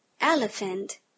elephant